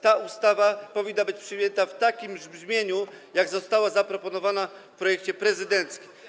Ta ustawa powinna być przyjęta w takim brzmieniu, jakie zostało zaproponowane w projekcie prezydenckim.